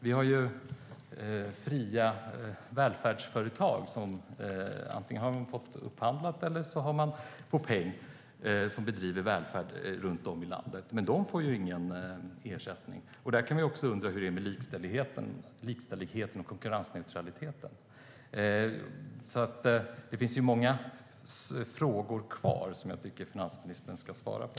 Vi har fria välfärdsföretag som antingen är upphandlade eller får peng. De får dock ingen ersättning. Man kan undra hur det är med likställigheten och konkurrensneutraliteten. Det finns många frågor kvar som jag tycker att finansministern ska svara på.